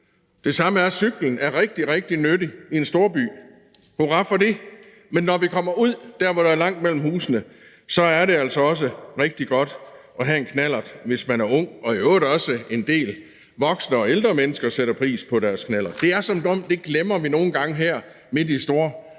Det samme er cyklen, som er rigtig, rigtig nyttig i en storby. Hurra for det, men når vi kommer ud der, hvor der er langt mellem husene, så er det altså også rigtig godt at have en knallert, hvis man er ung, og i øvrigt sætter en del voksne og ældre mennesker også pris på deres knallert. Det er, som om vi nogle gange her i storstadens